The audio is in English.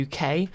UK